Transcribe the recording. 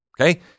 Okay